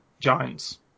giants